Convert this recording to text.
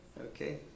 Okay